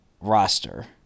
roster